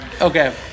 Okay